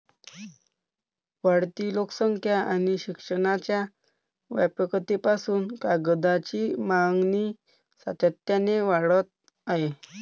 वाढती लोकसंख्या आणि शिक्षणाच्या व्यापकतेपासून कागदाची मागणी सातत्याने वाढत आहे